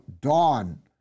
dawn